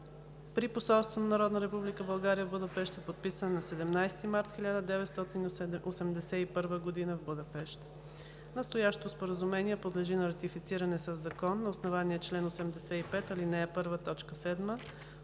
при посолството на Народна република България в Будапеща, подписана на 17 март 1981 г. в Будапеща. Настоящето споразумение подлежи на ратифициране със закон на основание чл. 85, ал. 1,